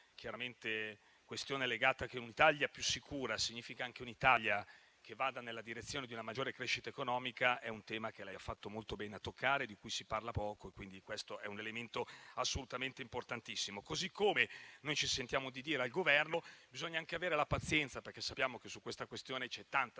questa questione legata al fatto che un'Italia più sicura significa anche un'Italia che vada nella direzione di una maggiore crescita economica è un tema che lei ha fatto molto bene a toccare, perché se ne parla poco, quindi è un elemento assolutamente importantissimo. Allo stesso modo, ci sentiamo di dire al Governo che bisogna anche avere pazienza, perché sappiamo che sulla questione c'è tanta aspettativa